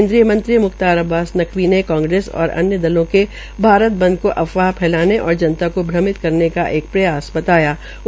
केन्द्रीय मंत्री म्ख्तार अब्बास नकवी ने कांग्रेस और अन्य दलों के भारत बंद को अफवाह फैलाने और जनता को भ्रमित करने का एक प्रयास बताया है